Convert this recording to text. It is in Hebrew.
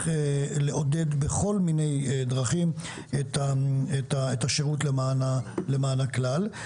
לעודד בכל מיני דרכים את השירות למען הכלל.